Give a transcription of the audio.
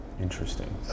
Interesting